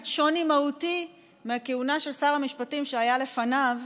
שוני מהותי מהכהונה של שר המשפטים שהיה לפניו,